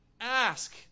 Ask